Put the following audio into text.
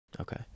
Okay